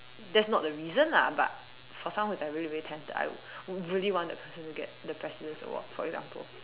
that's not the reason lah but for someone who's like really really talented I would would really want the person to get the president's award for example